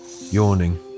yawning